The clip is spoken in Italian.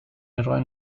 eroe